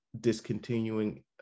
discontinuing